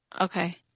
Okay